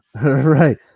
right